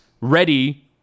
ready